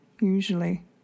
Usually